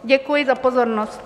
Děkuji za pozornost.